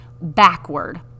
backward